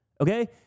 okay